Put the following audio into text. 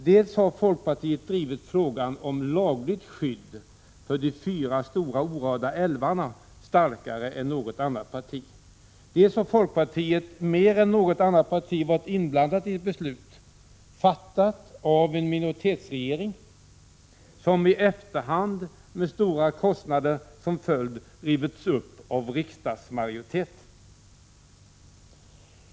Dels har folkpartiet drivit frågan om lagligt skydd för vissa älvar starkare än något annat parti, dels är folkpartiet mer än något annat parti inblandat i ett beslut, fattat av en minoritetsregering, som i efterhand med stora kostnader som följd rivits upp av en riksdagsmajoritet.